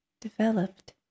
developed